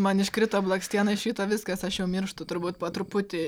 man iškrito blakstiena iš ryto viskas aš jau mirštu turbūt po truputį